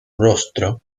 rostro